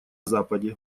западе